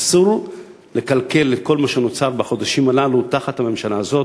אסור לקלקל את כל מה שנוצר בחודשים הללו תחת הממשלה הזאת,